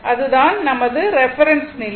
இது தான் நமது ரெபெரென்ஸ் நிலை